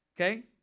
Okay